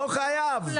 לא חייב.